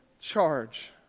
charge